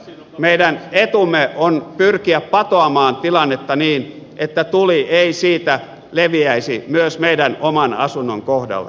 meidän etumme on pyrkiä patoamaan tilannetta niin että tuli ei siitä leviäisi myös meidän oman asuntomme kohdalle